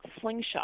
slingshot